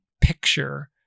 picture